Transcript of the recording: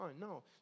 No